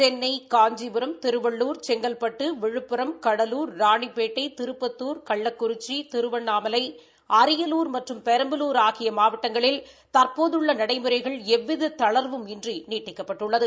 சென்னை காஞ்சிபுரம் திருவள்ளுர் செங்கல்பட்டு விழுப்புரம் கடலூர் ராணிப்பேட்டை திருப்பத்தூர் கள்ளக்குறிச்சி திருவண்ணாமலை அரியலூர் மற்றும் பெரம்பலூர் ஆகிய மாவட்டங்களில் தறபோதுள்ள நடைமுறைகள் எவ்வித தளர்வும் இன்றி நீட்டிக்கப்பட்டுள்ளது